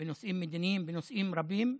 בנושאים מדיניים, בנושאים רבים.